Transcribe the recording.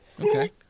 Okay